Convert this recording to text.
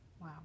Wow